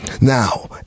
Now